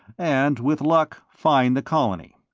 and with luck find the colony.